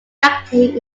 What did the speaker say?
acting